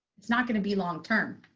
it's not going to be long term.